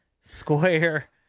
Square